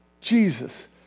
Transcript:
Jesus